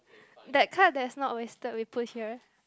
that card that's not wasted we put here